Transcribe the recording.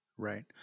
Right